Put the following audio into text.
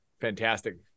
Fantastic